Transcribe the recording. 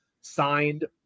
signed